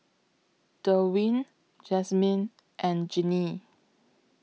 Derwin Jazmine and Jeannie